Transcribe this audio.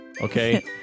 Okay